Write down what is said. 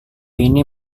ini